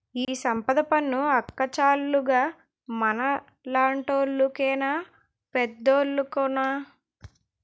ఈ సంపద పన్ను అక్కచ్చాలుగ మనలాంటోళ్లు కేనా పెద్దోలుకున్నా